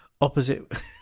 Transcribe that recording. Opposite